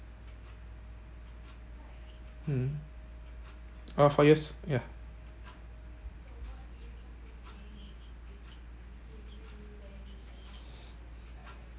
mm all four years ya